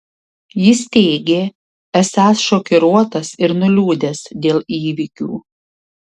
jis teigė esąs šokiruotas ir nuliūdęs dėl įvykių